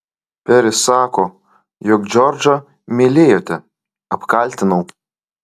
peris sako jog džordžą mylėjote apkaltinau